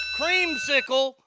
creamsicle